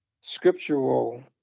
scriptural